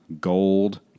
gold